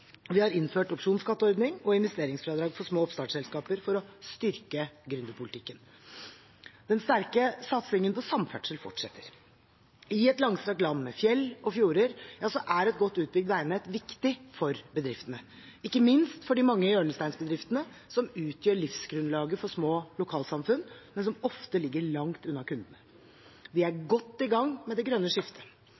redusert formuesskatten innført opsjonsskatteordning og investeringsfradrag for små oppstartsselskap for å styrke gründerpolitikken Den sterke satsingen på samferdsel fortsetter. I et langstrakt land med fjell og fjorder er et godt utbygd veinett viktig for bedriftene – ikke minst for de mange hjørnesteinsbedriftene, som utgjør livsgrunnlaget for små lokalsamfunn, men som ofte ligger langt unna kundene. Vi er